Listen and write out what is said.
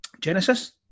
Genesis